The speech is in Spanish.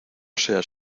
seas